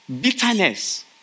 bitterness